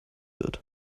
wird